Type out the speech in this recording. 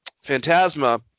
Phantasma